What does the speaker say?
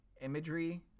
imagery